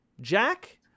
Jack